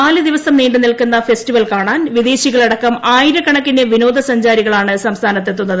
നാല് ദിവസം നീണ്ടു നില്ക്കുന്ന ഫെസ്റ്റിവെൽ കാണാൻ വിദേശികളടക്കം ആയിരക്കണക്കിന് വിനോദ സഞ്ചാരികളാണ് സംസ്ഥാനത്ത് എത്തുന്നത്